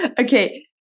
okay